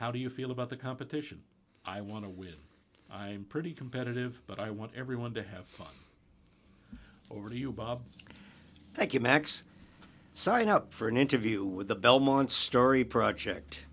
how do you feel about the competition i want to win i'm pretty competitive but i want everyone to have fun over to you bob thank you max signed up for an interview with the belmont story project